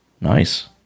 nice